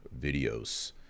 videos